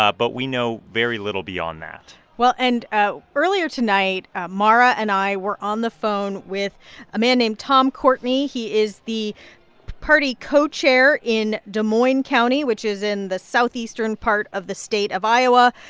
ah but we know very little beyond that well, and ah earlier tonight, mara and i were on the phone with a man named tom courtney. he is the party co-chair in des moines county, which is in the southeastern part of the state of iowa.